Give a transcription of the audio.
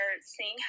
seeing